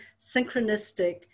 synchronistic